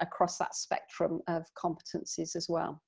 across that spectrum of competencies as well.